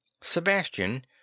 Sebastian